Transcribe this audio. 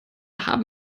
haben